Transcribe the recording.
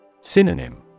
Synonym